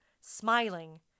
smiling